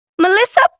Melissa